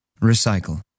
Recycle